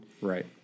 Right